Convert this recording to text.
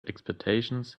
expectations